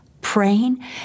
praying